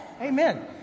Amen